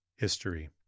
History